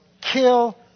kill